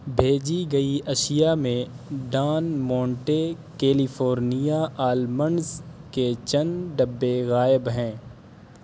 بھیجی گئی اشیاء میں ڈان مونٹے کیلیفورنیا آلمنڈز کے چند ڈبے غائب ہیں